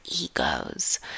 egos